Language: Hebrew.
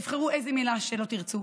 תבחרו איזו מילה שתרצו,